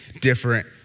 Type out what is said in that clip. different